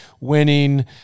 winning